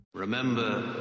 Remember